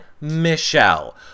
Michelle